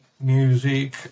music